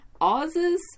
Oz's